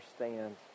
understand